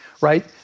right